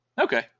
Okay